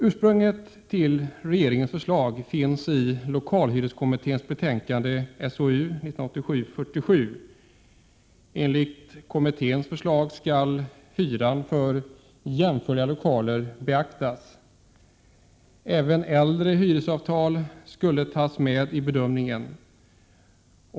Ursprunget till regeringens förslag finns i lokalhyreskommitténs betänkande, SOU 1987:47. Enligt kommitténs förslag skulle hyran för ”jämförliga lokaler” beaktas. Även äldre hyresavtal skulle tas med i bedömningen.